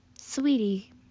Sweetie